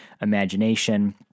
imagination